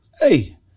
Hey